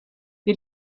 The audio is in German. wir